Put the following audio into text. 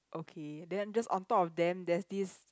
okay then just on top of them there's this